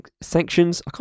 sanctions